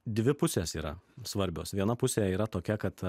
dvi pusės yra svarbios viena pusė yra tokia kad